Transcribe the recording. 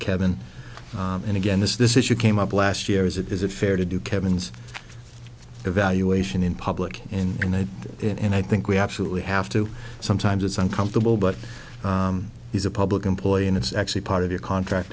kevin and again this is this issue came up last year was it is it fair to do kevin's evaluation in public in and in and i think we absolutely have to sometimes it's uncomfortable but he's a public employee and it's actually part of your contract